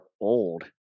old